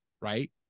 Right